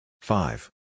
Five